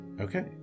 Okay